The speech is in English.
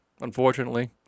unfortunately